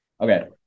okay